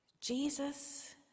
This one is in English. Jesus